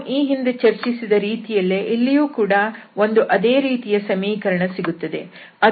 ನಾವು ಈ ಹಿಂದೆ ಚರ್ಚಿಸಿದ ರೀತಿಯಲ್ಲೇ ಇಲ್ಲಿಯೂ ಕೂಡ ಒಂದು ಅದೇ ರೀತಿಯ ಸಮೀಕರಣ ಸಿಗುತ್ತದೆ